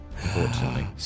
Unfortunately